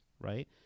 right